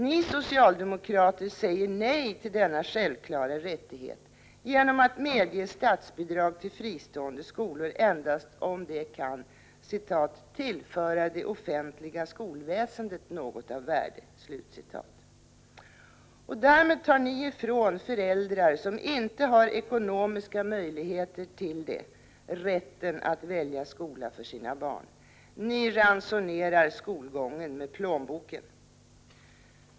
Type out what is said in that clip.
Ni socialdemokrater säger nej till denna självklara rättighet genom att medge statsbidrag till fristående skolor endast om de kan ”tillföra det offentliga skolväsendet något av värde”. Därmed tar ni ifrån föräldrar som inte har ekonomiska möjligheter till det rätten att välja skola för sina barn. Ni ransonerar skolgången med plånboken!